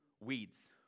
Weeds